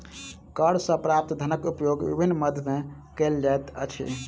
कर सॅ प्राप्त धनक उपयोग विभिन्न मद मे कयल जाइत अछि